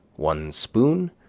one spoon,